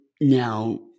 now